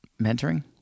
Mentoring